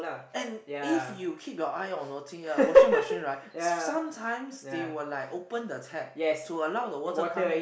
and if you keep your eyes on the watching right washing machine right sometimes they will open the tap to allow water to come in